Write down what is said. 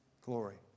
glory